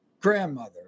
grandmother